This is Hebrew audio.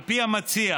על פי המציע,